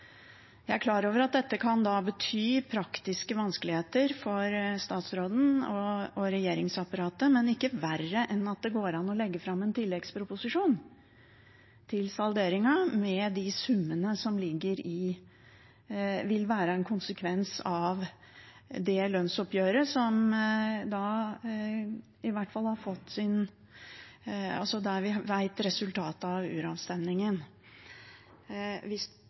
Jeg er klar over at dette da kan bety praktiske vanskeligheter for statsråden og regjeringsapparatet, men ikke verre enn at det går an å legge fram en tilleggsproposisjon til salderingen, med de summene som vil være en konsekvens av et lønnsoppgjør der vi vet resultatet av uravstemningen. Hvis det blir et nei i